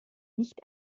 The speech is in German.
nicht